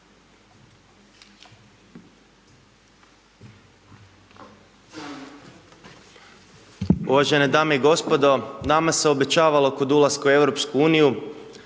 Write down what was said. Uvažene dame i gospodo, nama se obećavala kod ulaska u EU,